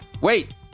wait